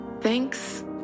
Thanks